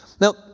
Now